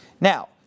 Now